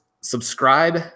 subscribe